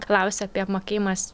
klausia apie apmokėjimas